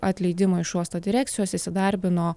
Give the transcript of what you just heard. atleidimo iš uosto direkcijos įsidarbino